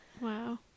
Wow